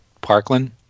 Parkland